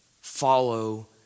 Follow